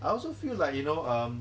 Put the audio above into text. I also feel like you know um